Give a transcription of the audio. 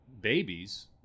babies